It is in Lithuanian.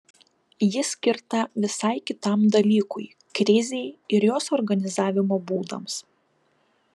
ji skirta visai kitam dalykui krizei ir jos organizavimo būdams